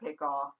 pickoff